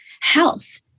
health